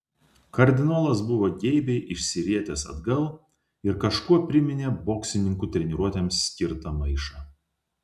kardinolas buvo geibiai išsirietęs atgal ir kažkuo priminė boksininkų treniruotėms skirtą maišą